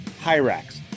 Hyrax